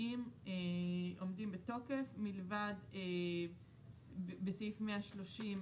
הכספיים עומדים בתוקף מלבד בסעיף 130,